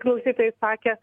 klausytojai sakė